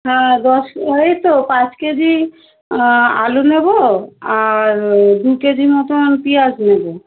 হ্যাঁ দশ এই তো পাঁচ কেজি আলু নেবো আর দু কেজি মতন পিঁয়াজ নেবো